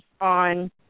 on